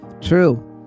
True